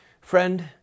Friend